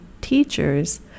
teachers